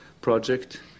project